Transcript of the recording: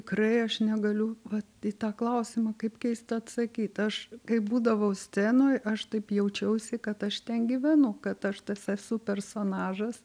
tikrai aš negaliu vat į tą klausimą kaip keista atsakyt aš kai būdavau scenoj aš taip jaučiausi kad aš ten gyvenu kad aš tas esu personažas